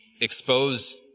expose